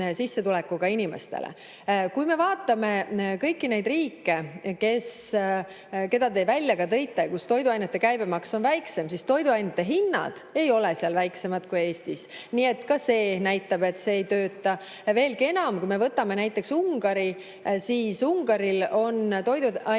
sissetulekuga inimestele. Kui me vaatame kõiki neid riike, keda te välja tõite, kus toiduainete käibemaks on väiksem, siis toiduainete hinnad ei ole seal väiksemad kui Eestis. Nii et ka see näitab, et see ei tööta. Ja veelgi enam, kui me võtame näiteks Ungari, siis Ungaril on toiduainete